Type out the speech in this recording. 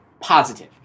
positive